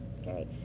okay